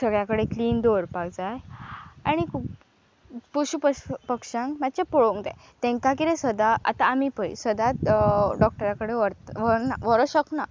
सगळ्याकडेन clean दवरपाक जाय आनी पशु पश पक्षांक मातशें पळोवंक जाय तेंकां कितें सदां आतां आमी पळय सदांच डॉक्टरा कडेन व्हर व्हरना व्हरोंक शकना